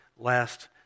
Last